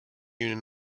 union